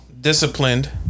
Disciplined